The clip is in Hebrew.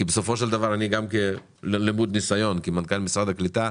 כי בסופו של דבר אני למוד ניסיון כמנכ"ל משרד הקליטה.